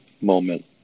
moment